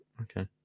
Okay